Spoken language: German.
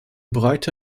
breite